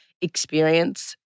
experience